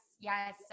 yes